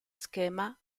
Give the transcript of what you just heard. schema